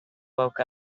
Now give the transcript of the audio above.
woke